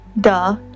duh